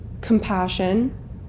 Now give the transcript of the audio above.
compassion